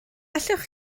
allwch